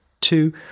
Two